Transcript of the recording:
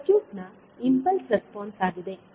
ಇದು ಸರ್ಕ್ಯೂಟ್ನ impulse response ಆಗಿದೆ